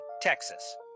Texas